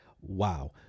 Wow